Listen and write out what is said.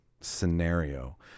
scenario